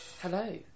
Hello